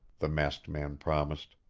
the masked man promised.